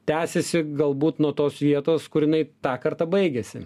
tęsiasi galbūt nuo tos vietos kur jinai tą kartą baigėsi